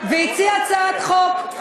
והציע הצעת חוק.